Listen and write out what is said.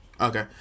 Okay